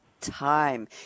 time